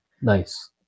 Nice